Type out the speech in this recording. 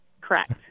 Correct